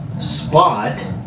Spot